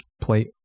plate